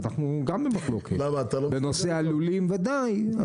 ואנחנו גם במחלוקת בנושא הלולים וודאי,